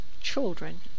children